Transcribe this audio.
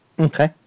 Okay